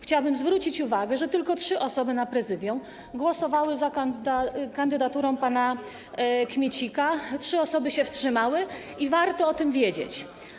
Chciałabym zwrócić uwagę, że tylko trzy osoby na posiedzeniu Prezydium głosowały za kandydaturą pana Kmiecika, trzy osoby się wstrzymały, warto o tym wiedzieć.